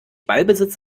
ballbesitz